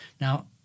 Now